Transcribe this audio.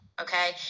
Okay